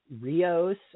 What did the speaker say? Rios